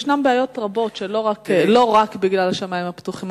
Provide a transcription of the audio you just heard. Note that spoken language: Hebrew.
יש בעיות רבות, לא רק בגלל השמים הפתוחים.